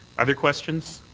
other questions?